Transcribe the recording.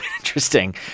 interesting